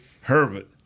Herbert